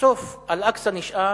בסוף אל-אקצא נשאר,